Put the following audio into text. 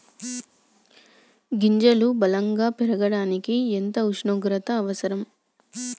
గింజలు బలం గా పెరగడానికి ఎంత ఉష్ణోగ్రత అవసరం?